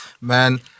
man